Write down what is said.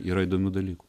yra įdomių dalykų